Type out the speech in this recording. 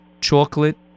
chocolate